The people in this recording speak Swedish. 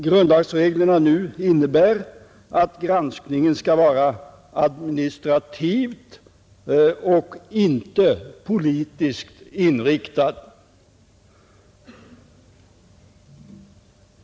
Grundlagsreglerna innebär att granskningen skall vara administrativt och inte politiskt inriktad.